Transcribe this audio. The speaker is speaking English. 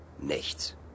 nichts